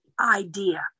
idea